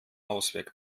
ausweg